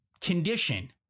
condition